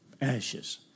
ashes